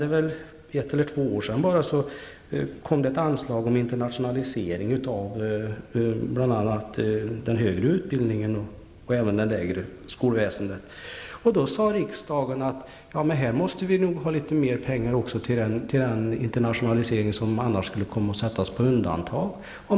För bara ett eller två år sedan kom det ett anslag om internationalisering av bl.a. den högre utbildningen men även det lägre skolväsendet. Då sade riksdagen, att här måste man nog ha litet mer pengar till den internationalisering som annars skulle komma att sättas på undantag.